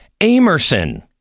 Amerson